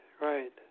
right